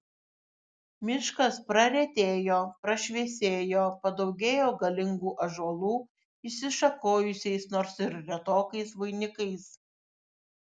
miškas praretėjo prašviesėjo padaugėjo galingų ąžuolų išsišakojusiais nors ir retokais vainikais